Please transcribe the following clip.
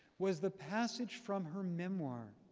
was the passage from her memoir.